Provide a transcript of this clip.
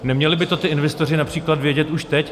Neměli by to ti investoři například vědět už teď?